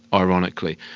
ah ironically.